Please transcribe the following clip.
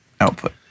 output